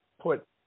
put